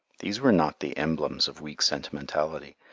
these were not the emblems of weak sentimentality,